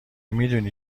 میدونی